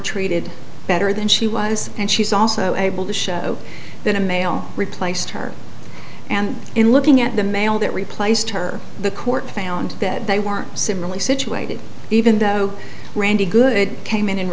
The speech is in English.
treated better than she was and she's also able to show that a male replaced her and in looking at the male that replaced her the court found that they were similarly situated even though randi good came in and